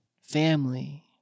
family